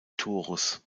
torus